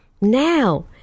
Now